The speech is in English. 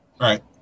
right